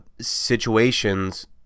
situations